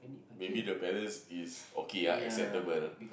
maybe the parents is okay ah acceptable